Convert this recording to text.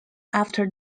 after